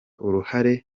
uruhare